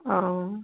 অঁ